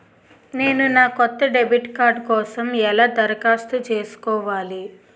నేను నా కొత్త డెబిట్ కార్డ్ కోసం ఎలా దరఖాస్తు చేసుకోవాలి?